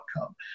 outcome